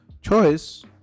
choice